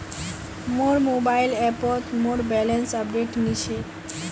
मोर मोबाइल ऐपोत मोर बैलेंस अपडेट नि छे